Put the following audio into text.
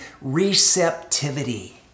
receptivity